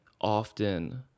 often